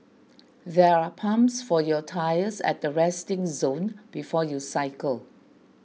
there are pumps for your tyres at the resting zone before you cycle